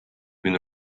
been